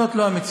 זאת לא המציאות,